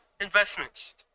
investments